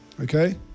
okay